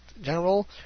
general